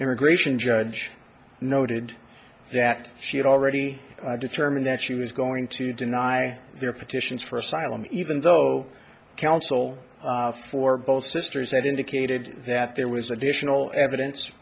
immigration judge noted that she had already determined that she was going to deny their petitions for asylum even though counsel for both sisters had indicated that there was additional evidence